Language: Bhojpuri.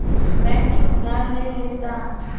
बैंक से उधार ले लेता